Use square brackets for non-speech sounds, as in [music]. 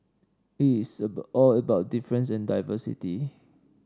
it's [unintelligible] all about difference and diversity